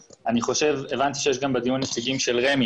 הבנתי שנמצאים בדיון גם נציגים של רשות